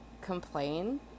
complain